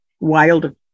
wild